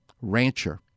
rancher